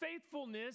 faithfulness